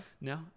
No